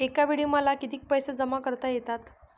एकावेळी मला किती पैसे जमा करता येतात?